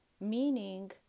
meaning